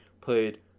played